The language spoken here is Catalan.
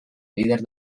líder